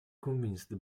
convinced